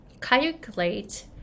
calculate